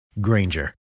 Granger